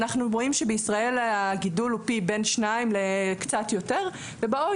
ואנחנו רואים שבישראל הגידול הוא פי שניים ויותר ואילו